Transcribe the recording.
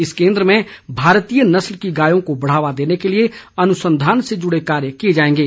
इस केन्द्र में भारतीय नस्ल की गायों को बढ़ावा देने के लिए अनुसंधान से जुड़े कार्य किए जाएंगे